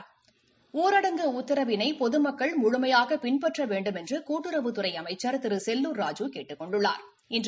ஊரடங்கு உத்தரவினை பொதுமக்கள் முழுமையாக பின்பற்ற வேண்டுமென்று கூட்டுறவுத்துறை அமைச்சா் திரு செல்லூா் ராஜூ கேட்டுக் கொண்டுள்ளாா்